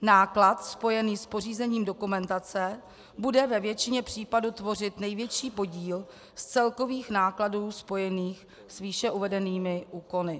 Náklad spojený s pořízením dokumentace bude ve většině případů tvořit největší podíl z celkových nákladů spojených s výše uvedenými úkony.